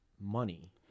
money